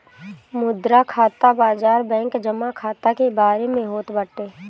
मुद्रा खाता बाजार बैंक जमा खाता के बारे में होत बाटे